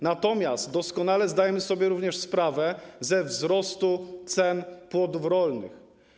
Natomiast doskonale zdajemy sobie również sprawę ze wzrostu cen płodów rolnych.